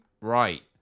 right